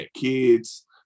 kids